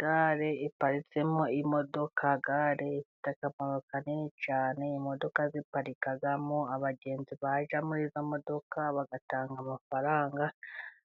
Gare iparitsemo imodoka, gare ifite akamaro kanini cyane. Imodoka ziparikamo abagenzi bajya muri izo modoka bagatanga amafaranga.